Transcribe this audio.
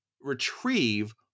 Retrieve